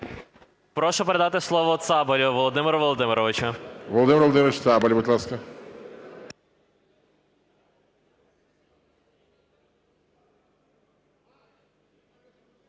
Прошу передати слово Цабалю Володимиру Володимировичу. ГОЛОВУЮЧИЙ. Володимир Володимирович Цабаль, будь ласка.